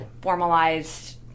formalized